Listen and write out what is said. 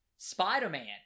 Spider-Man